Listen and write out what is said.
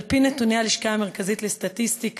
על-פי נתוני הלשכה המרכזית לסטטיסטיקה,